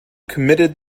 committed